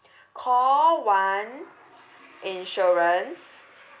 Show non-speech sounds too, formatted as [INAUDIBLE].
[BREATH] call one insurance